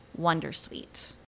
Wondersuite